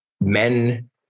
Men